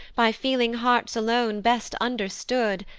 by feeling hearts alone best understood,